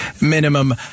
minimum